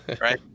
right